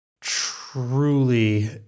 truly